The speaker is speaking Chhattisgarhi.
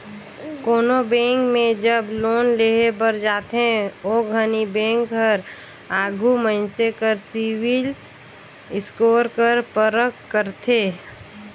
कोनो बेंक में जब लोन लेहे बर जाथे ओ घनी बेंक हर आघु मइनसे कर सिविल स्कोर कर परख करथे